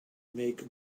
make